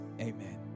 amen